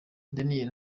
daniel